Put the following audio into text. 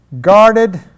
guarded